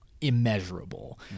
Immeasurable